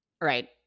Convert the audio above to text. Right